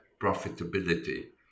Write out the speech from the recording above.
profitability